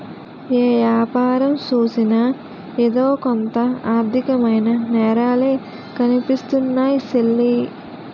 ఏ యాపారం సూసినా ఎదో కొంత ఆర్దికమైన నేరాలే కనిపిస్తున్నాయ్ సెల్లీ